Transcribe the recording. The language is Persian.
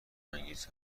انگیز